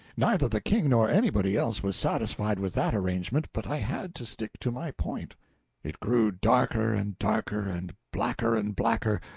neither the king nor anybody else was satisfied with that arrangement, but i had to stick to my point it grew darker and darker and blacker and blacker,